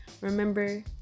remember